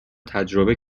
تجربه